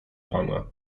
pana